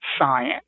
science